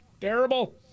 Terrible